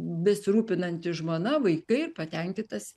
besirūpinanti žmona vaikai patenkintas